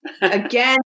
Again